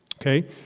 Okay